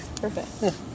perfect